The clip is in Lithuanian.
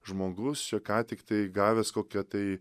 žmogus čia ką tiktai gavęs kokią tai